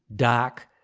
dark,